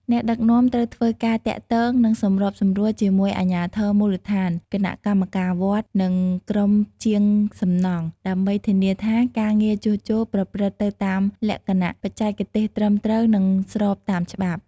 អ្នកដឹកនាំត្រូវធ្វើការទាក់ទង និងសម្របសម្រួលជាមួយអាជ្ញាធរមូលដ្ឋាន គណៈកម្មការវត្ត និងក្រុមជាងសំណង់ ដើម្បីធានាថាការងារជួសជុលប្រព្រឹត្តទៅតាមលក្ខណៈបច្ចេកទេសត្រឹមត្រូវ និងស្របតាមច្បាប់។